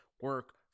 Work